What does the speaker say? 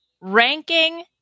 ranking